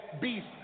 beast